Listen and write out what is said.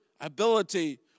ability